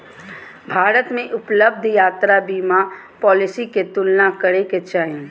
भारत में उपलब्ध यात्रा बीमा पॉलिसी के तुलना करे के चाही